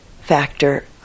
factor